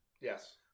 Yes